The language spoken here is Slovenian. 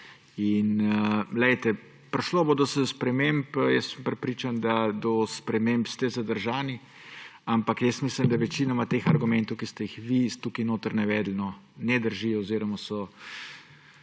Poglejte, prišlo bo do sprememb. Jaz sem prepričan, da do sprememb ste zadržani, ampak jaz mislim, da večinoma teh argumentov, ki ste jih vi tukaj navedli, ne drži oziroma so